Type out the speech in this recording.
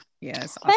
Yes